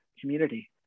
community